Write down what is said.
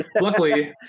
luckily